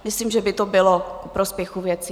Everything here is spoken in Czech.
Myslím, že by to bylo ku prospěchu věci.